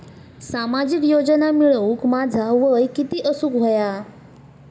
सामाजिक योजना मिळवूक माझा वय किती असूक व्हया?